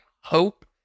hope